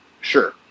sure